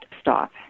stop